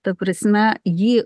ta prasme jį